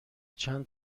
چند